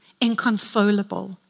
inconsolable